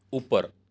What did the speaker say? ઉપર